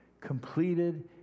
completed